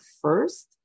first